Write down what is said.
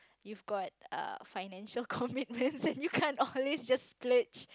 you've got uh financial commitments and you can't always just splurge